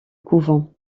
couvent